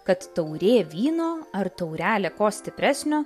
kad taurė vyno ar taurelė ko stipresnio